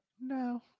No